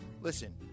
Listen